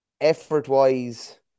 effort-wise